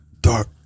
dark